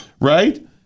right